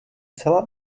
celá